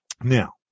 Now